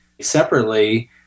separately